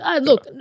Look